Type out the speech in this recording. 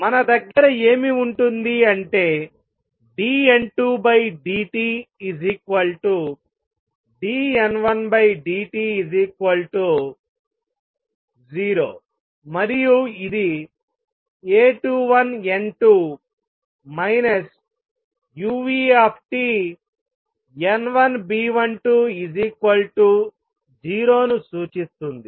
మన దగ్గర ఏమి ఉంటుంది అంటే dN2dt dN1dt 0 మరియు ఇది A21N2 uTN1B120 ను సూచిస్తుంది